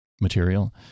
material